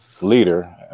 leader